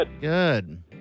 good